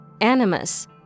animus